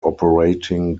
operating